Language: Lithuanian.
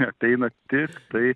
ateina tiktai